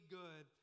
good